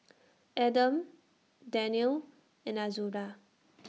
Adam Daniel and Azura